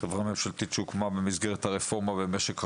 חברת נגה היא חברה ממשלתית שהוקמה במסגרת הרפורמה במשק החשמל.